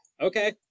okay